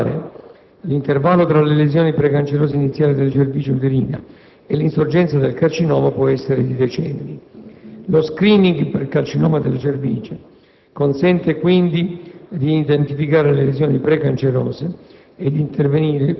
Tuttavia, la maggior parte delle infezioni è transitoria, perché il virus viene eliminato dal sistema immunitario, prima di sviluppare un effetto patogeno. In caso di infezioni persistenti, la progressione verso le lesioni precancerose e il tumore richiede comunque molti anni.